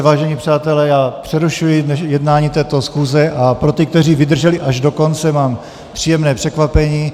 Vážení přátelé, přerušuji jednání této schůze a pro ty, kteří vydrželi až do konce, mám příjemné překvapení.